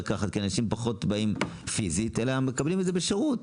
מרקחת כי אנשים פחות באים פיסית אלא מקבלים את זה בשירות.